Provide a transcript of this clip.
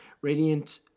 Radiant